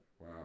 Wow